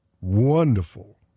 wonderful